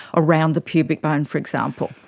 around the pubic bone, for example.